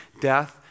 death